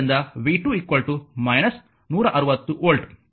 ಆದ್ದರಿಂದ v2 160 volt